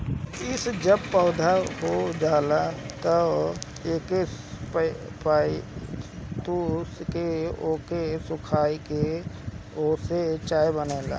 इ जब पौधा हो जाला तअ एकर पतइ तूर के ओके सुखा के ओसे चाय बनेला